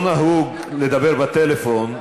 לא נהוג לדבר בטלפון,